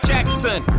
Jackson